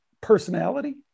personality